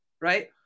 right